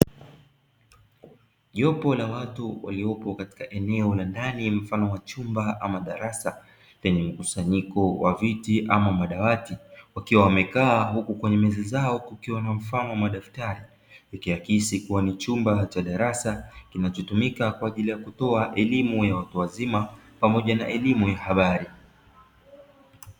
Jopo la watu waliopo katika eneo la ndani mfano wa chumba ama darasa lenye mkusanyiko wa viti ama madawati, wakiwa wamekaa huku kwenye meza zao kukiwa na mfano wa madaftari ikihakisi kuwa ni chumba cha darasa kinachotumika kwaajili ya kutoa elimu ya watu wazima pamoja na elimu ya habari.